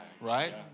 right